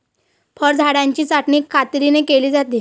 फळझाडांची छाटणी कात्रीने केली जाते